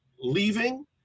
leaving